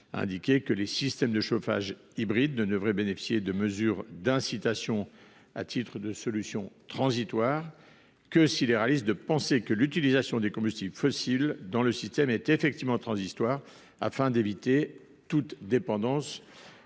indiqué que « les systèmes de chauffage hybrides ne devraient bénéficier de mesures d’incitation à titre de solution transitoire que s’il est réaliste de penser que l’utilisation des combustibles fossiles dans le système est transitoire, afin d’éviter toute dépendance